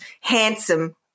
handsome